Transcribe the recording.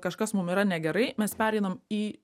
kažkas mum yra negerai mes pereinam į